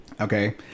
okay